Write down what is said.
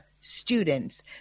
students